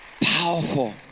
powerful